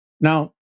Now